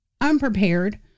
unprepared